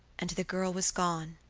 and the girl was gone.